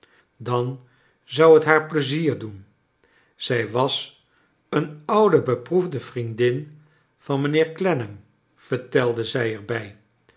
dan zou t haar plezier doen zij was een oude beproefde vriendin van mijnheer clennam vertelde zij er